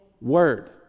word